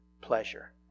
pleasure